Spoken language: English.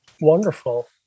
Wonderful